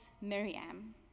Miriam